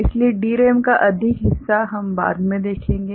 इसलिए DRAM का अधिक हिस्सा हम बाद में देखेंगे